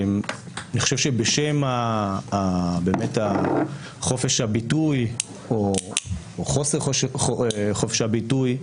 אני חושב שבשם חופש הביטוי או חוסר חופש הביטוי,